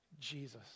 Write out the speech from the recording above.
Jesus